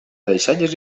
deixalles